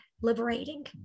liberating